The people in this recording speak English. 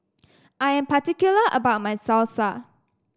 I am particular about my Salsa